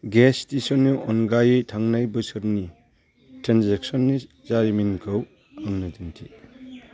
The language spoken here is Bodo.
गेस स्टेसननि अनगायै थांनाय बोसोरनि ट्रेन्जेकसननि जारिमिनखौ आंनो दिन्थि